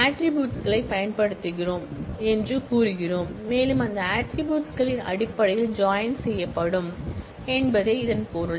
attributes களைப் பயன்படுத்துகிறோம் வைக்கலாம் என்று நாம் கூறலாம் மேலும் அந்த ஆட்ரிபூட்ஸ் களின் அடிப்படையில் ஜாயின் செய்யப்படும் என்பதே இதன் பொருள்